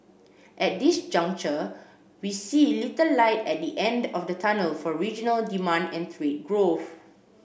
at this juncture we see little light at the end of the tunnel for regional demand and trade growth